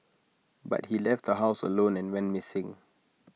but he left the house alone and went missing